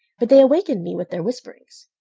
but they awakened me with their whisperings.